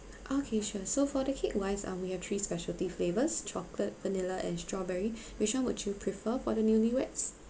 okay sure so for the cake wise um we have three specialty flavours chocolate vanilla and strawberry which one would you prefer for the newlyweds